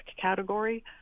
category